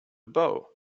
bow